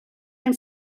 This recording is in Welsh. ein